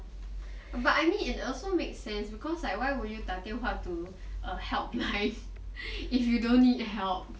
but I mean it also makes sense because like why would you 打电话 to helpline if you don't need help